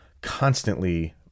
constantly